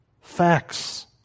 Facts